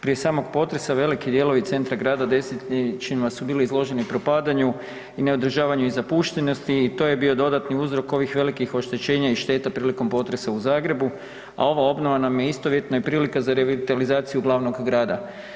Prije samog potresa, veliki dijelovi centra grada desetljećima su bili izloženi propadanju i neodržavanju i zapuštenosti i to je bio dodatni uzrok ovih velikih oštećenja i šteta prilikom potresa u Zagrebu a ova obnova nam je istovjetna i prilika za revitalizaciju glavnog grada.